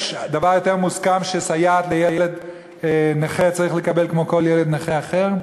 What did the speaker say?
יש דבר יותר מוסכם שילד נכה צריך לקבל כמו ילד נכה אחר?